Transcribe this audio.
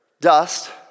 Dust